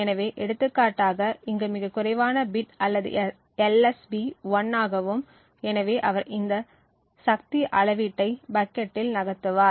எனவே எடுத்துக்காட்டாக இங்கு மிகக் குறைவான பிட் அல்லது LSB 1 ஆகும் எனவே அவர் இந்த சக்தி அளவீட்டை பக்கெட்டில் நகர்த்துவார்